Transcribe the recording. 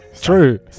true